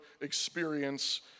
experience